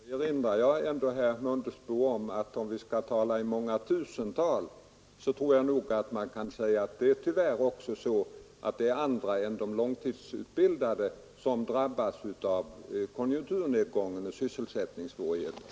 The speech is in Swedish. Herr talman! Då erinrar jag herr Mundebo om att om vi skall tala i många tusental, så tror jag att man kan säga att det tyvärr också är andra än de långtidsutbildade som drabbas av konjunkturnedgången och sysselsättningssvårigheterna.